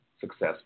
successful